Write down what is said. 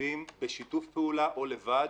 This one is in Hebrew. תקציבים בשיתוף פעולה או לבד